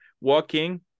walking